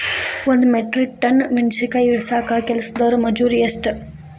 ಒಂದ್ metric tonne ಮೆಣಸಿನಕಾಯಿ ಇಳಸಾಕ್ ಕೆಲಸ್ದವರ ಮಜೂರಿ ಎಷ್ಟ?